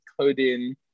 coding